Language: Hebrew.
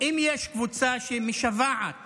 אם יש קבוצה שמשוועת